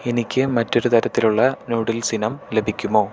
എനിക്ക് മറ്റൊരു തരത്തിലുള്ള നൂഡിൽസിനം ലഭിക്കുമോ